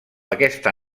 aquesta